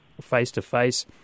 face-to-face